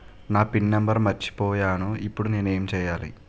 నా pin number మర్చిపోయాను ఇప్పుడు నేను ఎంచేయాలి?